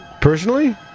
personally